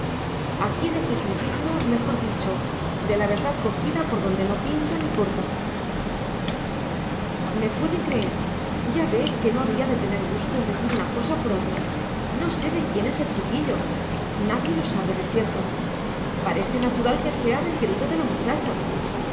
aquí del jesuitismo mejor dicho de la verdad cogida por donde no pincha ni corta me puede creer ya ve que no había de tener gusto en decir una cosa por otra no sé de quién es el chiquillo nadie lo sabe de cierto parece natural que sea del querido de la muchacha